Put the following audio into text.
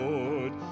Lord